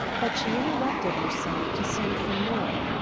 but she interrupted herself to send for norah,